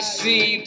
see